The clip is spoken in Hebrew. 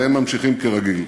והם ממשיכים כרגיל.